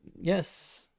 yes